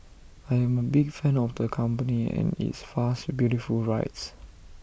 I am A big fan of the company and its fast beautiful rides